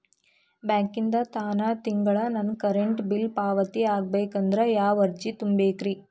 ಬ್ಯಾಂಕಿಂದ ತಾನ ತಿಂಗಳಾ ನನ್ನ ಕರೆಂಟ್ ಬಿಲ್ ಪಾವತಿ ಆಗ್ಬೇಕಂದ್ರ ಯಾವ ಅರ್ಜಿ ತುಂಬೇಕ್ರಿ?